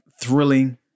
thrilling